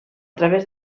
través